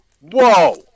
Whoa